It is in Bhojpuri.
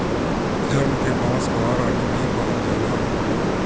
मिजोरम के बांस कअ रानी भी कहल जाला